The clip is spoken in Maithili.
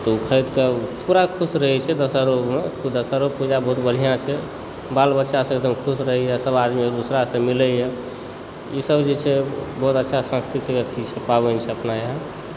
त ओ खरीदके पूरा खुश रहय छै दशहरोमऽ तऽ दशहरा पूजा भी बहुत बढ़िआँ छै बाल बच्चासभ खुश रहैए सभ आदमी एक दोसरासँ मिलैए ईसभ जे छै बहुत अच्छा सांस्कृतिक अथी छै पाबनि छै अपना यहाँ